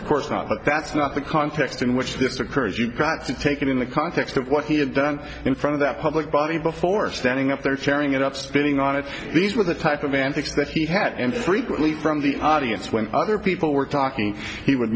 of course not but that's not the context in which this occurs you've got to take it in the context of what he had done in front of that public body before standing up there chairing it up spitting on it these were the type of antics that he had and frequently from the audience when other people were talking he would